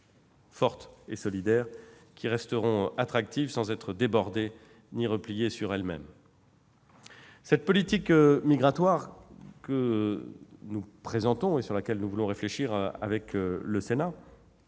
solidaires et crédibles, qui resteront attractives sans être débordées ni repliées sur elles-mêmes. La politique migratoire que nous présentons et sur laquelle nous souhaitons réfléchir avec le Sénat